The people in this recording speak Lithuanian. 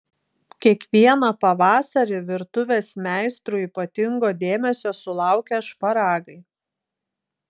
kiekvieną pavasarį virtuvės meistrų ypatingo dėmesio sulaukia šparagai